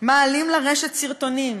מעלים לרשת סרטונים".